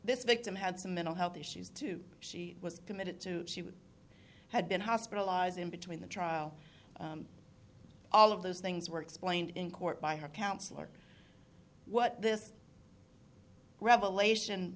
this victim had some mental health issues too she was committed to she would had been hospitalized in between the trial all of those things were explained in court by her counselor what this revelation